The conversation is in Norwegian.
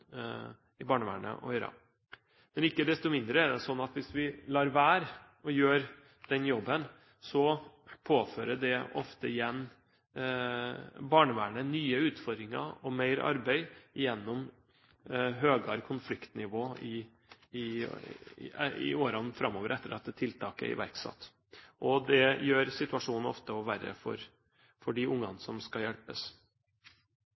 i barnevernet å gjøre. Ikke desto mindre er det sånn at hvis vi lar være å gjøre den jobben, påfører det ofte barnevernet nye utfordringer og mer arbeid gjennom høyere konfliktnivå i årene framover etter at tiltak er iverksatt. Det gjør også situasjonen ofte verre for de ungene